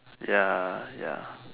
ya ya